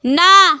না